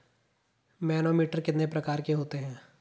Manometer कितने प्रकार के होते हैं?